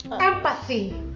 Empathy